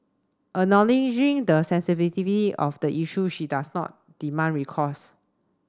acknowledging the sensitivity of the issue she does not demand recourse